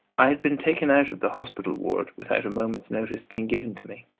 i had been taken out of the hospital ward without a moment's notice being given to me.